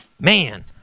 man